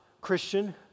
Christian